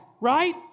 right